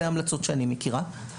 אלה ההמלצות שאני מכירה,